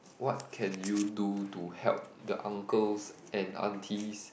what can you do to help the uncles and aunties